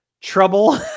trouble